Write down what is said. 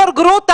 פרופ' גרוטו,